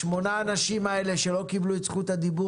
שמונת האנשים האלה שלא קיבלו את זכות הדיבור